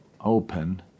open